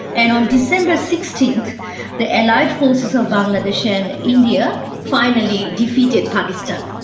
and on december sixteen the allied forces of bangladesh and india finally defeated pakistan.